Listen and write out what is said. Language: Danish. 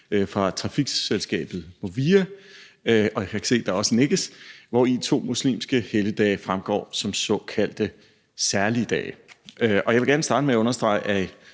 fra trafikselskabet Movia – jeg kan se, at der nikkes – hvori to muslimske helligdage fremgår som såkaldte særlige dage. Jeg vil gerne starte med at understrege,